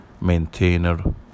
maintainer